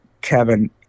kevin